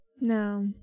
No